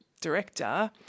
director